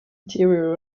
interior